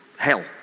hell